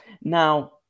Now